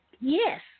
Yes